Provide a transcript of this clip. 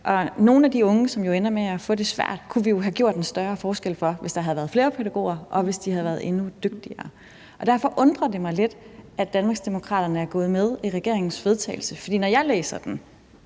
Nogle af de unge, som ender med at få det svært, kunne vi jo have gjort en større forskel for, hvis der havde været flere pædagoger, og hvis de havde været endnu dygtigere. Derfor undrer det mig lidt, at Danmarksdemokraterne er gået med i regeringens vedtagelsestekst, for når jeg læser den,